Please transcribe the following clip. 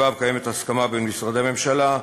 שלגביו קיימת הסכמה בין משרדי ממשלה,